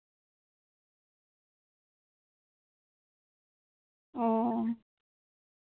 ᱚᱻ